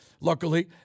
luckily